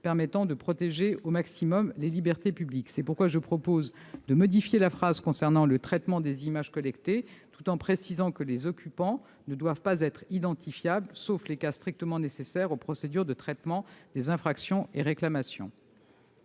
permettant de protéger au maximum les libertés publiques. C'est pourquoi je propose de modifier la phrase concernant le traitement des images collectées, tout en précisant que les occupants ne doivent pas être identifiables, sauf dans les cas strictement nécessaires aux procédures de traitement des infractions et réclamations.